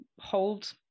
hold